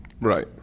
Right